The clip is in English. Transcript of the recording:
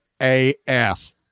AF